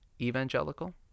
evangelical